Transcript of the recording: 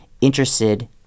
interested